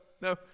no